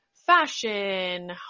Fashion